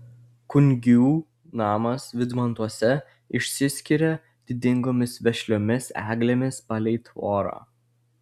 kungių namas vydmantuose išsiskiria didingomis vešliomis eglėmis palei tvorą